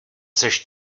seš